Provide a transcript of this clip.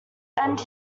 end